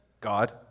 God